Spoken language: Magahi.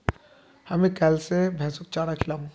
हामी कैल स भैंसक चारा खिलामू